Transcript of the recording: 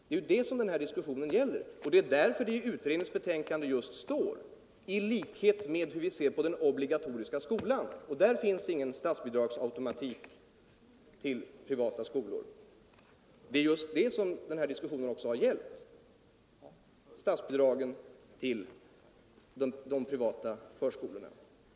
Det är ju detta som den här diskussionen gäller, och det är därför 9” det i utredningens betänkande just står att vi anser att förhållandena skall ordnas i likhet med vad som gäller för den obligatoriska skolan, där det ju inte finns någon statsbidragsautomatik för privata skolor.